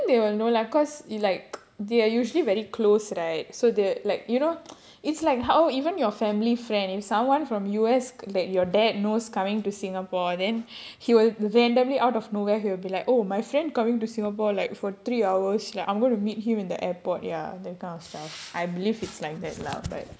I think they will know lah because like they are usually very close right so they're like you know it's like how even your family friend if someone from U_S that your dad knows coming to singapore then he will randomly out of nowhere he will be like oh my friend coming to singapore like for three hours like I'm gonna meet him in the airport ya that kind of stuff I believe it's like that lah but